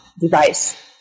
device